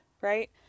right